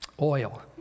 oil